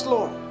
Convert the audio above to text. Lord